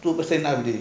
two percent